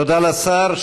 תודה לשר.